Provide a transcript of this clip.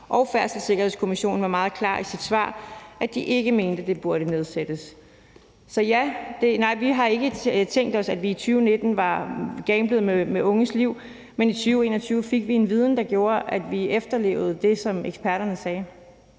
og Færdselssikkerhedskommissionen var meget klar i sit svar, nemlig at de ikke mente, det burde nedsættes. Så nej, vi har ikke tænkt det sådan, at vi i 2019 gamblede med unges liv, men i 2021 fik vi en viden, der gjorde, at vi efterlevede det, som eksperterne sagde.